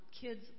Kids